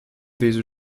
these